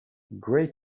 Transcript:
gray